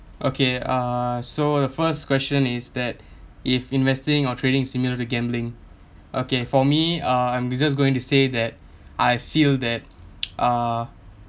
okay uh so the first question is that if investing or trading similar to gambling okay for me uh I'm just going to say that I feel that ah